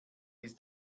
ist